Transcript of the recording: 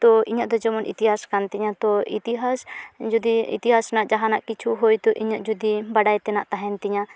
ᱛᱳ ᱤᱧᱟᱹᱜ ᱫᱚ ᱡᱮᱢᱚᱱ ᱤᱛᱤᱦᱟᱥ ᱠᱟᱱ ᱛᱤᱧᱟᱹ ᱛᱳ ᱤᱛᱤᱦᱟᱥ ᱡᱚᱫᱤ ᱤᱛᱤᱦᱟᱥ ᱨᱮᱱᱟᱜ ᱡᱟᱦᱟᱱᱟᱜ ᱠᱤᱪᱷᱩ ᱦᱚᱭᱛᱳ ᱤᱧᱟᱹᱜ ᱡᱩᱫᱤ ᱵᱟᱰᱟᱭ ᱛᱮᱱᱟᱜ ᱛᱟᱦᱮᱱ ᱛᱤᱧᱟᱹ